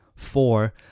four